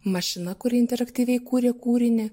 mašina kuri interaktyviai kūrė kūrinį